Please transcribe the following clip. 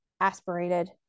aspirated